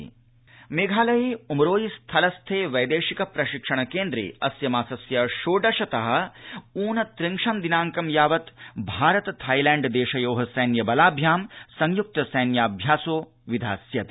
भारतथाईलैण्डसिसिभ्यासः मेघालये उमरोई स्थलस्थे वैदेशिक प्रशिक्षण केन्द्रे अस्य मासस्य षोडशतः ऊनत्रिंशं दिनाड़कं यावत् भारत थाईलैण्ड देशयोः सैन्यबलाभ्यां संयुक्त सैन्याभायासो विधास्यते